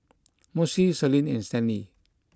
Mossie Selene and Stanley